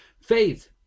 faith